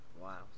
Wow